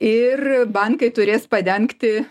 ir bankai turės padengti